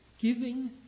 giving